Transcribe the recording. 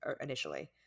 initially